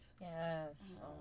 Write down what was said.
Yes